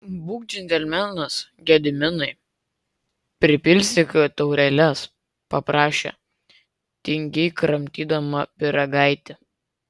būk džentelmenas gediminai pripilstyk taureles paprašė tingiai kramtydama pyragaitį